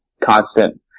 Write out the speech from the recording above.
constant